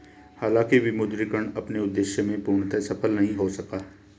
हालांकि विमुद्रीकरण अपने उद्देश्य में पूर्णतः सफल नहीं हो सका